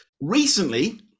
Recently